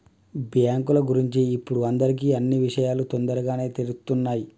బ్యేంకుల గురించి ఇప్పుడు అందరికీ అన్నీ విషయాలూ తొందరగానే తెలుత్తున్నయ్